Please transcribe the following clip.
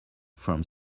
from